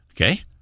Okay